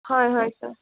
হয় হয় ছাৰ